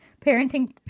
parenting